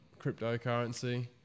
cryptocurrency